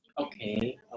Okay